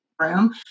room